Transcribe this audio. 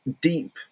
deep